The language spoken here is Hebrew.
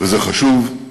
וזה חשוב.